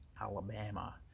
Alabama